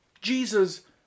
Jesus